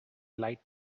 light